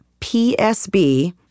psb